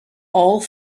all